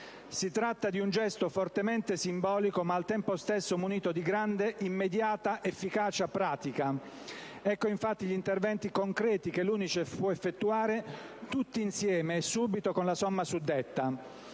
Si tratta di un gesto fortemente simbolico ma al tempo stesso munito di grande, immediata efficacia pratica. Ecco infatti gli interventi concreti che l'UNICEF può effettuare tutti insieme e subito con la somma suddetta: